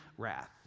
wrath